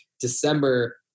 December